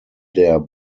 der